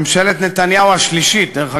ממשלת נתניהו השלישית, דרך אגב,